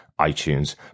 itunes